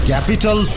Capital